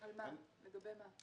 לגבי מה?